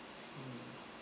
mm